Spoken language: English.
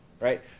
right